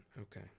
Okay